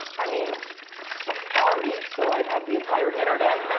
i mean safari so i'd have the entire internet.